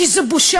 כי זה בושה.